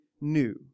new